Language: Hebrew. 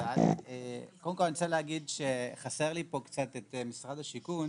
קודם כל, חסר לי פה משרד השיכון,